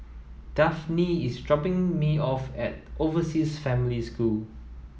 Dafne is dropping me off at Overseas Family School